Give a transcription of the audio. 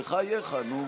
בחייך, נו.